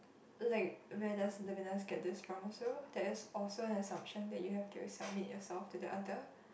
like where does the Venus get this from also there's also an assumption that you have to submit yourself to the other